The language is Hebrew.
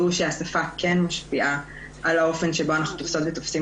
והוא שהשפה כן משפיעה על האופן שבו אנחנו תופסות ותופסים